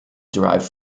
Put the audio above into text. derived